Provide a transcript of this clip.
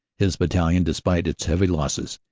his battalion. despite its heavy losses,